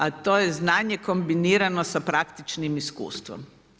A to je znanje kombinirano sa praktičnim iskustvom.